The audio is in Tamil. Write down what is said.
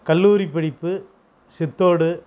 கல்லூரிப் படிப்பு சித்தோடு